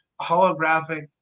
Holographic